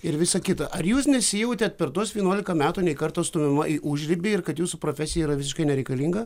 ir visa kita ar jūs nesijautėt per tuos vienuolika metų nei karto stumiama į užribį ir kad jūsų profesija yra visiškai nereikalinga